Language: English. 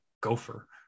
gopher